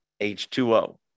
H2O